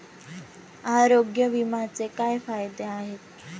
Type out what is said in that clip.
आरोग्य विम्याचे काय फायदे आहेत?